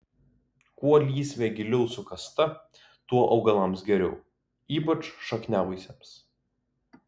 kuo lysvė giliau sukasta tuo augalams geriau ypač šakniavaisiams